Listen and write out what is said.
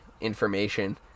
information